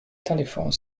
telephone